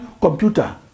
computer